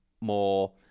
more